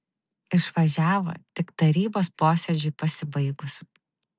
išvažiavo tik tarybos posėdžiui pasibaigus